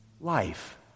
life